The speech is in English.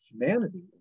humanity